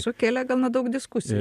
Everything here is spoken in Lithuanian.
sukėlė gana daug diskusijų